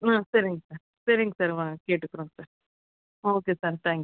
ஆ சரிங்க சார் சரிங்க சார் வா கேட்டுக்குறோங்க சார் ஆ ஓகே சார் தேங்க் யூ